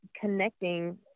connecting